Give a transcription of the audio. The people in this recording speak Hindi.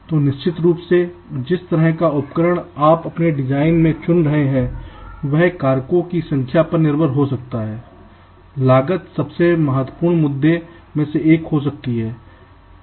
तो निश्चित रूप से जिस तरह का उपकरण आप अपने डिजाइन में चुन रहे हैं वह कारकों की संख्या पर निर्भर हो सकता है लागत सबसे महत्वपूर्ण मुद्दों में से एक हो सकती है